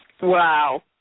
Wow